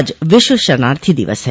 आज विश्व शरणार्थी दिवस है